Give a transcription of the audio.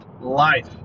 Life